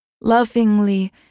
Lovingly